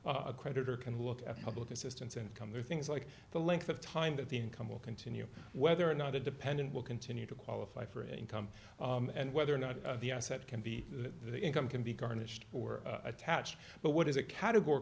a creditor can look at public assistance and come to things like the length of time that the income will continue whether or not a dependent will continue to qualify for income and whether or not the asset can be the income can be garnished or attached but what is a categor